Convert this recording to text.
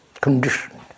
Conditioned